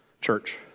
church